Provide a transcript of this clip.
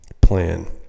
plan